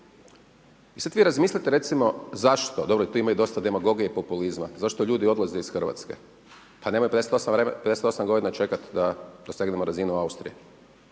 I sada vi razmislite recimo zašto, dobro i tu ima dosta demagogije i populizma, zašto ljudi odlaze iz Hrvatske. Pa nemaju 58 godina čekati da dosegnemo razinu Austrije.